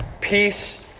Peace